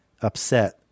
upset